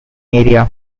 area